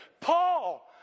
Paul